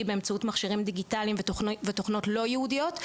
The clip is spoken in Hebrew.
באמצעות מכשירים דיגיטליים ותוכנות לא ייעודיות.